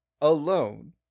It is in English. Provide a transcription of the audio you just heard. alone